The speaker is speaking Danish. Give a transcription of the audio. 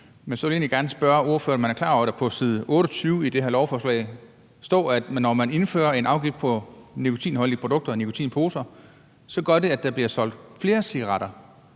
ryge. Så vil jeg egentlig gerne spørge ordføreren, om han er klar over, at der på side 28 i det her lovforslag står, at når man indfører en afgift på nikotinholdige produkter, nikotinposer, så betyder det, at der bliver solgt flere cigaretter,